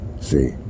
See